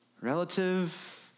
relative